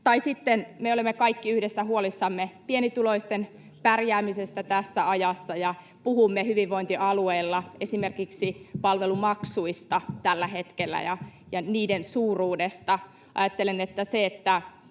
Tai sitten, kun me olemme kaikki yhdessä huolissamme pienituloisten pärjäämisestä tässä ajassa ja puhumme tällä hetkellä hyvinvointialueilla esimerkiksi palvelumaksuista ja niiden suuruudesta, ajattelen, että se, että